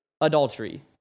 adultery